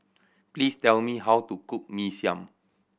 please tell me how to cook Mee Siam